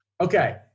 Okay